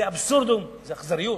זה אבסורדום, זו אכזריות,